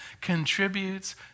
contributes